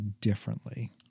differently